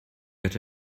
got